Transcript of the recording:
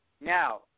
Now